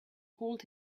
hold